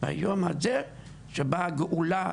והיום הזה שבא הגאולה,